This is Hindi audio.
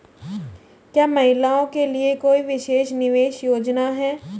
क्या महिलाओं के लिए कोई विशेष निवेश योजना है?